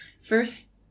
first